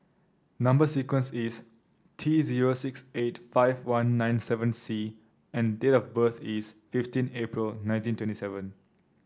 number sequence is T zero six eight five one nine seven C and date of birth is fifteen April nineteen twenty seven